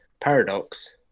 Paradox